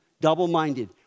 double-minded